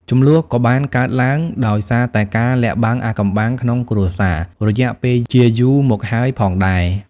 ជម្លោះក៏បានកើតឡើងដោយសារតែការលាក់បាំងអាថ៌កំបាំងក្នុងគ្រួសាររយៈពេលជាយូរមកហើយផងដែរ។